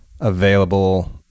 available